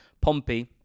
Pompey